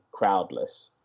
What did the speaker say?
crowdless